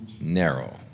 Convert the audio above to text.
narrow